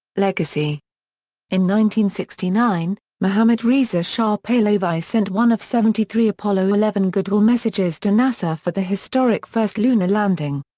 legacy in one sixty nine, mohammad reza shah pahlavi sent one of seventy three apollo eleven goodwill messages to nasa for the historic first lunar landing.